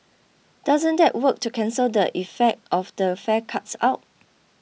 doesn't that work to cancel the effect of the fare cuts out